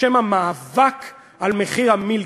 בשם המאבק על מחיר המילקי,